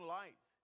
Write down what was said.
life